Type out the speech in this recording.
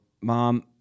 mom